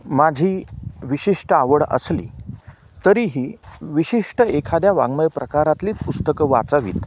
माझी विशिष्ट आवड असली तरीही विशिष्ट एखाद्या वाङमय प्रकारातली पुस्तकं वाचावीत